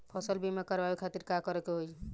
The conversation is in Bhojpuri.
फसल बीमा करवाए खातिर का करे के होई?